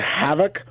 havoc